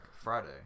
Friday